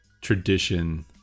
tradition